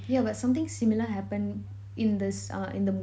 yeah but something similar happened in this uh the movie